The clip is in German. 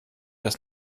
das